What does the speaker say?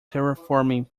terraforming